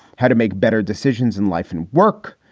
how to make better decisions in life and work.